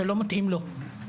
שלא מתאים לו,